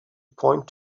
point